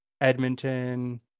edmonton